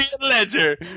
Ledger